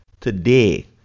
today